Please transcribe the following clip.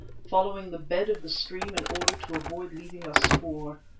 following the bed of the stream in order to avoid leaving a spoor.